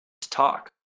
talk